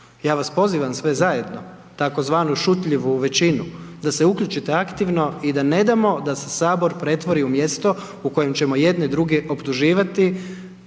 Ja vas pozivam sve zajedno tzv. šutljivu većinu da se uključite aktivno i da ne damo da se Sabor pretvori u mjesto u kojem ćemo jedni druge optuživati,